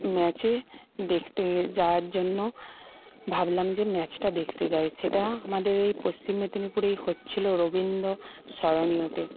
ম্যাচে দেখতে যাওয়ার জন্য ভাবলাম যে ম্যাচটা দেখতে যাই সেটা আমাদের এই পশ্চিম মেদিনীপুরেই হচ্ছিল রবীন্দ্র স্মরণীয়তে